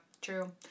true